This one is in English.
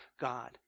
God